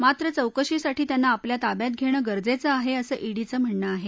मात्र चौकशीसाठी त्यांना आपल्या ताब्यात घेणं गरजेचं आहे असं ईडीचं म्हणणं आहे